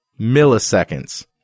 milliseconds